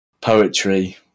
poetry